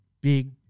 big